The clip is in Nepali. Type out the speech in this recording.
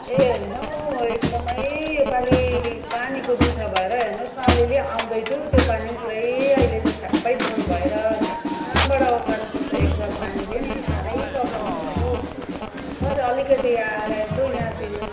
ए होइन हौ एकदमै योपालि पानीको दुःख भएर हेर्नुहोस् न अलिअलि आउँदै थियो त्यो पानी पनि पुरै अहिले त छ्याप्पै बन्द भएर कहाँबाट ओसार्नुपर्छ एक जर पानीले नि साह्रै प्रब्लम हुँदैछ हौ सर अलिकति आएर यसो यहाँतिर